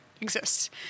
exists